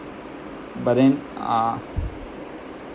but then uh